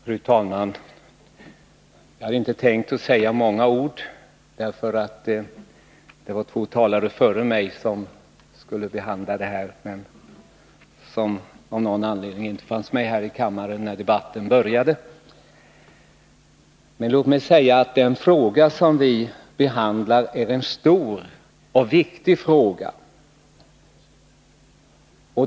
Fru talman! Jag hade inte tänkt säga många ord. Det var två talare som skulle behandla den här frågan före mig men som av någon anledning inte fanns med här i kammaren när debatten började. Men låt mig säga att den fråga vi nu behandlar är en stor och viktig fråga.